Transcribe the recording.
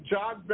John